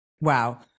Wow